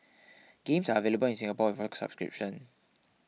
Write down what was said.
games are available in Singapore with a subscription